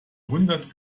hundert